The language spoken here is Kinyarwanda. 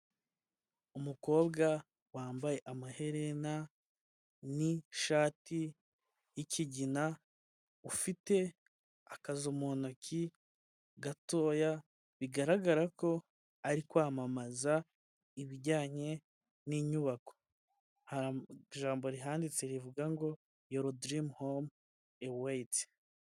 Umukobwa wambaye amaherena n'ishati ikigina, ufite akazu mu ntoki gatoya bigaragara ko ari kwamamaza ibijyanye n'inyubako, hari ijambo rihanditse rivuga ngo yorodirimu home aweyiti.